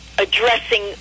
addressing